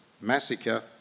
massacre